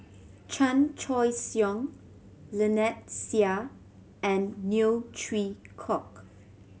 Chan Choy Siong Lynnette Seah and Neo Chwee Kok